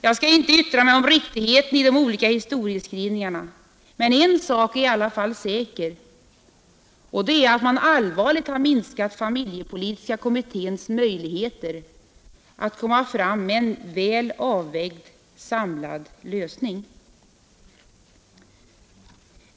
Jag skall inte yttra mig om riktigheten i de olika historieskrivningarna, men en sak är i alla fall säker, nämligen att man allvarligt minskat familjepolitiska kommitténs möjligheter att komm fram med en väl avvägd samlad lösning.